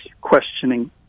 questioning